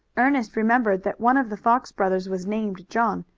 ernest remembered that one of the fox brothers was named john,